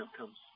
outcomes